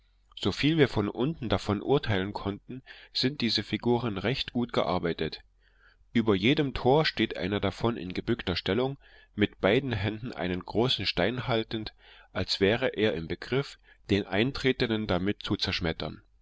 wir von unten davon urteilen konnten sind diese figuren recht gut gearbeitet über jedem tor steht einer davon in gebückter stellung mit beiden händen einen großen stein haltend als wäre er im begriff den eintretenden damit zu zerschmettern